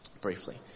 briefly